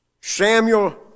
Samuel